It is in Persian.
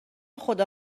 خدا